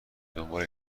دنبال